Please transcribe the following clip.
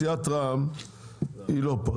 סיעת רע"מ לא פה,